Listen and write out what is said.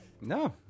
No